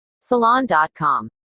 Salon.com